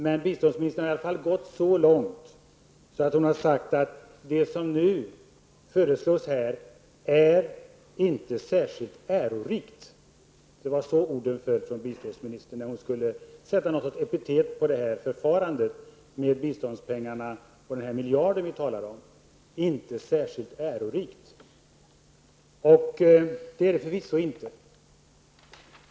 Men biståndsministern har i alla fall gått så långt att hon har sagt att det som nu föreslås inte är särskilt ärorikt; det var så biståndsministerns ord föll när hon skulle sätta något slags epitet på det förfarande med en miljard av biståndspengarna som vi talade om. ''Inte särskilt ärorikt''. Det är det förvisso inte!